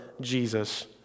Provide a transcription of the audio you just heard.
Jesus